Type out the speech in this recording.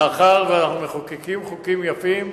מאחר שאנחנו מחוקקים חוקים יפים,